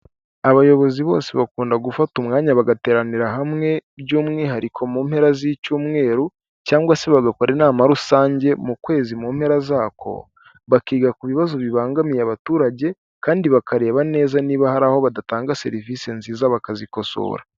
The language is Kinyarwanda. Abayobozi bose bakunda gufata umwanya bagateranira hamwe by'umwihariko mu mpera z'icyumweru cyangwa se bagakora inama rusange mu kwezi mu mpera zako, bakiga ku bibazo bibangamiye abaturage, kandi bakareba neza niba hari aho badatanga serivisi nziza bakazikosora.